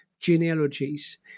genealogies